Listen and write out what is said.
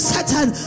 Satan